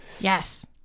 yes